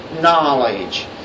knowledge